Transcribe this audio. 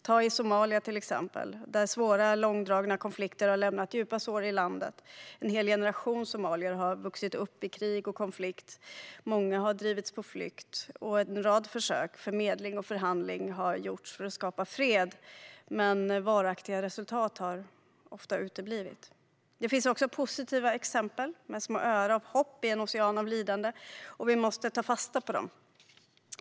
Till exempel i Somalia har svåra, långdragna konflikter lämnat djupa sår i landet. En hel generation somalier har vuxit upp i krig och konflikt, och många har drivits på flykt. En rad försök till medling och förhandling har gjorts för att skapa fred, men varaktiga resultat har ofta uteblivit. Det finns också positiva exempel på små öar av hopp i en ocean av lidande, och vi måste ta fasta på dem.